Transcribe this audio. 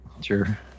Sure